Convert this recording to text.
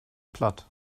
platt